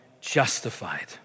justified